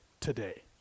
today